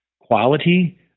quality